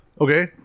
Okay